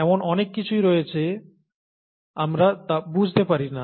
এমন অনেক কিছুই রয়েছে আমরা তা বুঝতে পারি না